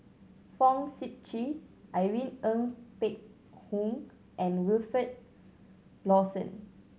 Fong Sip Chee Irene Ng Phek Hoong and Wilfed Lawson